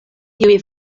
tiuj